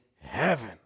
heaven